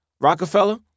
Rockefeller